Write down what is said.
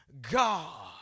God